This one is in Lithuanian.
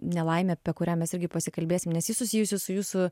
nelaimė apie kurią mes irgi pasikalbėsim nes ji susijusi su jūsų